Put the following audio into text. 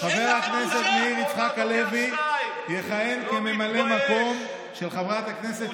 מטעם סיעת יש עתיד חברת הכנסת